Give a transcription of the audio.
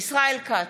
ישראל כץ,